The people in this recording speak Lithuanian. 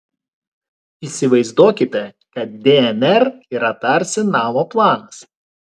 įsivaizduokite kad dnr yra tarsi namo planas